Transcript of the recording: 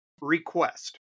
request